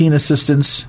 assistance